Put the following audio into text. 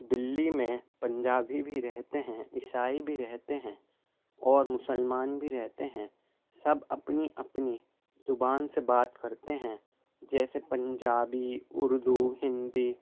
دلی میں پنجابی بھی رہتے ہیں عیسائی بھی رہتے ہیں اور مسلمان بھی رہتے ہیں سب اپنی اپنی زبان سے بات کرتے ہیں جیسے پنجابی اردو ہندی